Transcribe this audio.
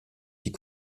die